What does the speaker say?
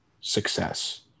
success